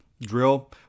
drill